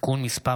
(תיקון מס'